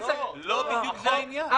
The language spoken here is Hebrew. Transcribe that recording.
זה בדיוק העניין.